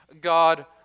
God